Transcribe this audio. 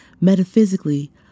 Metaphysically